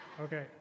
Okay